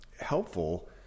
helpful